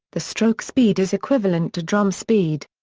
the stroke speed is equivalent to drum speed.